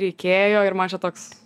reikėjo ir man čia toks